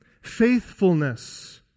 faithfulness